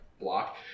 block